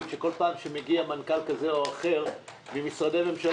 פוסלים אותם לאחר מכן ואין מספיק ייצוג הולם בהתאם לחוק?